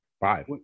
Five